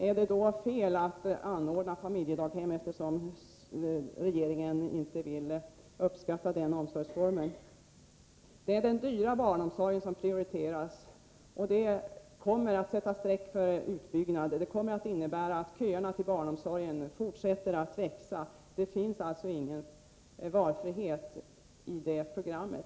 Är det fel att anordna familjedaghem, eftersom regeringen inte uppskattar den omsorgsformen? Det är den dyra barnomsorgen som prioriteras av socialdemokraterna. Det kommer att sätta streck för utbyggnaden och innebära att köerna till barnomsorgen fortsätter att växa. Det finns alltså ingen valfrihet i det programmet.